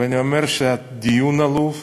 ואני אומר שהדיון עלוב.